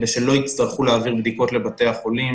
שלא יצטרכו להעביר בדיקות לבתי החולים,